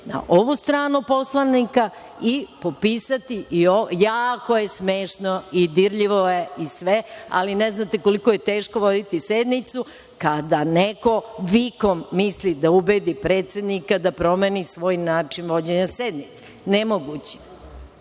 na ovu stranu poslanika. Jako je smešno i dirljivo je, ali ne znate koliko je teško voditi sednicu kada neko vikom misli da ubedi predsednika da promeni svoj način vođenja sednice. Nemoguće.